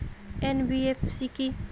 NBFC কী?